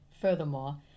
Furthermore